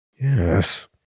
Yes